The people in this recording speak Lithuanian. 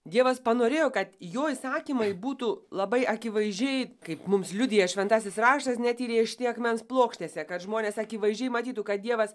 dievas panorėjo kad jo įsakymai būtų labai akivaizdžiai kaip mums liudija šventasis raštas net įrėžti akmens plokštėse kad žmonės akivaizdžiai matytų kad dievas